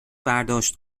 برداشت